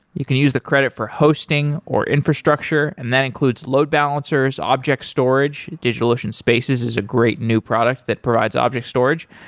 you can use the credit for hosting, or infrastructure and that includes load balancers, object storage, digitalocean spaces is a great new product that provides object storage,